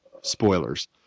Spoilers